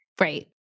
Right